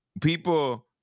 people